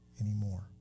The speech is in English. anymore